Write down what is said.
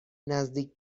نزدیک